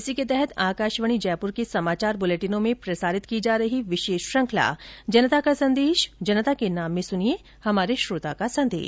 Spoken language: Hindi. इसी के तहत आकाशवाणी जयपुर के समाचार बुलेटिनों में प्रसारित की जा रही विशेष श्रृखंला जनता का संदेश जनता के नाम में सुनिये हमारे श्रोता का संदेश